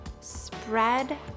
Spread